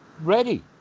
ready